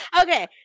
Okay